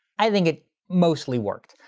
i think it mostly worked.